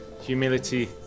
humility